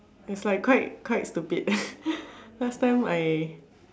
that's like quite quite stupid last time I